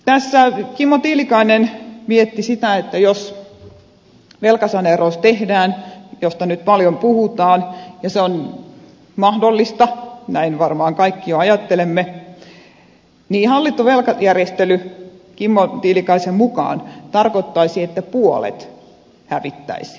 tässä kimmo tiilikainen mietti sitä että jos velkasaneeraus tehdään josta nyt paljon puhutaan se on mahdollista näin varmaan kaikki jo ajattelemme niin hallittu velkajärjestely kimmo tiilikaisen mukaan tarkoittaisi että puolet hävittäisiin